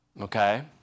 Okay